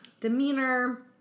demeanor